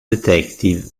detective